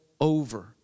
over